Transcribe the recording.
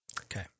Okay